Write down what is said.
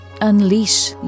unleash